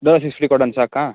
Dolo sixty ಕೊಡೋಣ ಸಾಕಾ